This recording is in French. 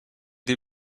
des